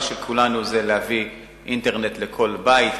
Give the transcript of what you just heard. של כולנו זה להביא אינטרנט לכל בית,